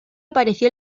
apareció